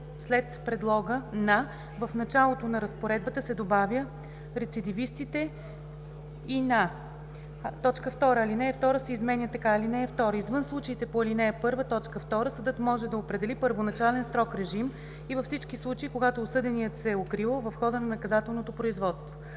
след предлога „на“ в началото на разпоредбата се добавя „рецидивистите и на“. 2. Алинея 2 се изменя така: „(2) Извън случаите по ал. 1, т. 2 съдът може да определи първоначален строг режим и във всички случаи, когато осъденият се е укривал в хода на наказателното производство.“